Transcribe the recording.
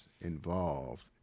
involved